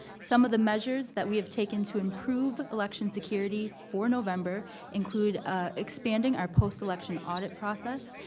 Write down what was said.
some of the measures that we have taken to improve election security for november include ah expanding our postelection audit process,